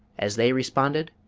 as they responded,